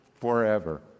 forever